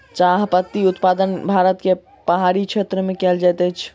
चाह पत्ती उत्पादन भारत के पहाड़ी क्षेत्र में कयल जाइत अछि